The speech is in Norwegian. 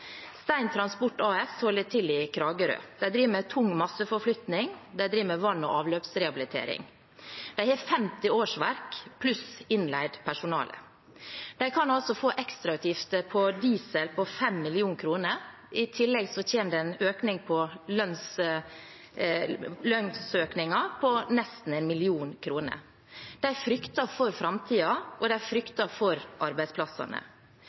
Steintransport AS holder til i Kragerø. De driver med tung masseforflytning, de driver med vann- og avløpsrehabilitering. De har 50 årsverk pluss innleid personale. De kan altså få ekstrautgifter på diesel på 5 mill. kr, i tillegg kommer det lønnsøkninger på nesten 1 mill. kr. De frykter for framtiden, og de frykter for arbeidsplassene. Hvordan kan Senterpartiet og